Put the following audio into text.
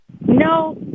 No